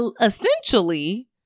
essentially